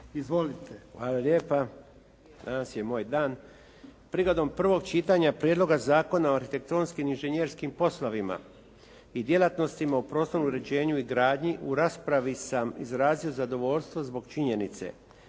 (HDZ)** Hvala lijepa. Danas je moj dan. Prigodom prvog čitanja Prijedloga zakona o arhitektonskim inženjerskim poslovima i djelatnostima o prostornom uređenju i gradnji u raspravi sam izrazio zadovoljstvo zbog činjenice